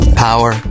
Power